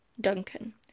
Duncan